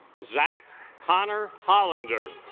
zach connor hollander